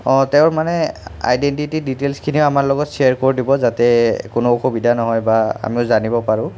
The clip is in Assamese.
তেওঁৰ মানে আইডেণ্টিটি ডিটেইলছখিনিও আমাৰ লগত শ্বেয়াৰ কৰি দিব যাতে কোনো অসুবিধা নহয় বা আমিও জানিব পাৰোঁ